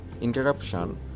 interruption